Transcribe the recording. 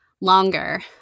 longer